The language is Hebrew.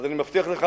אז אני מבטיח לך,